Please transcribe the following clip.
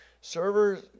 Server